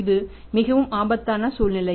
இது மிகவும் ஆபத்தான சூழ்நிலை